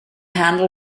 handle